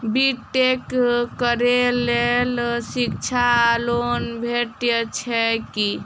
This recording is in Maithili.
बी टेक करै लेल शिक्षा लोन भेटय छै की?